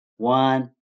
One